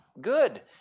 Good